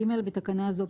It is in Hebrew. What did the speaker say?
(ג)בתקנה זו,